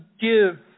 give